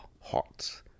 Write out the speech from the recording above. hot